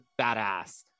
badass